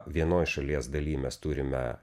vienoj šalies daly mes turime